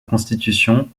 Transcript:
constitution